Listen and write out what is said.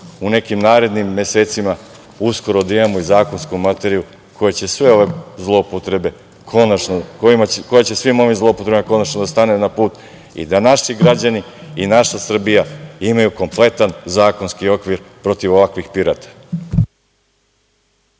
u nekim narednim mesecima uskoro da imamo i zakonsku materiju koja će svim ovim zloupotrebama konačno da stane na put i da naši građani i naša Srbija imaju kompletan zakonski okvir protiv ovakvih pirata.